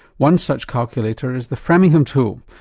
one such calculator is the framingham tool,